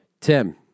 Tim